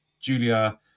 Julia